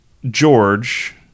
George